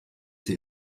die